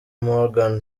morgan